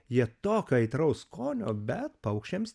jie tokio aitraus skonio bet paukščiams